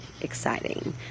exciting